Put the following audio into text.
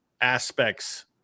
aspects